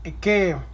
que